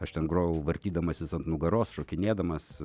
aš ten grojau vartydamasis ant nugaros šokinėdamas